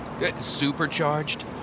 Supercharged